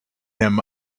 him